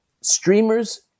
streamers